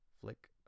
flick